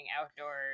outdoors